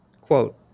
Quote